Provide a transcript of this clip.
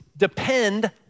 depend